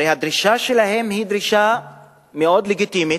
הרי הדרישה שלהם היא דרישה מאוד לגיטימית,